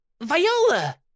Viola